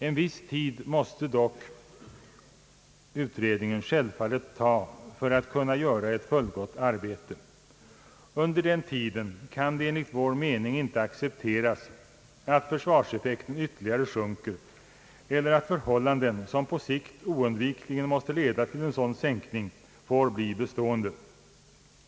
En viss tid måste dock utredningen självfallet ta för att kunna göra ett fullgott arbete. Under tiden kan det enligt vår mening inte accepteras att försvarseffekten yt terligare sjunker eller att förhållanden som på längre sikt oundvikligen måste leda till en sådan sänkning får bli bestående.